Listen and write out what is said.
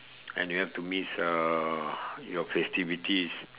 and you have to miss uh your festivities